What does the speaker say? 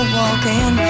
walking